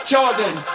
Jordan